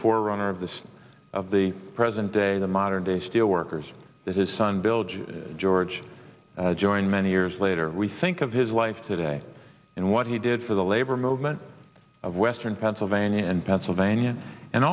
forerunner of this of the present day the modern day steel workers that his son bilges george joined many years later we think of his life today and what he did for the labor movement of western pennsylvania and pennsylvania and